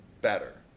better